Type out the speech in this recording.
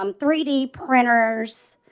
um three d printers,